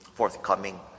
Forthcoming